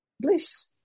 bliss